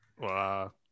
Wow